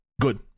Good